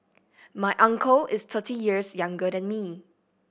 my uncle is thirty years younger than me